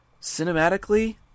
Cinematically